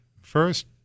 first